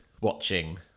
watching